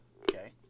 okay